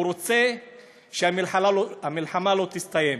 רוצה שהמלחמה לא תסתיים.